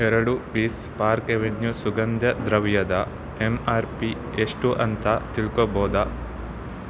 ಎರಡು piece Park Avenue ಸುಗಂಧ ದ್ರವ್ಯದ ಎಂ ಆರ್ ಪಿ ಎಷ್ಟು ಅಂತ ತಿಳ್ಕೋಬೋದಾ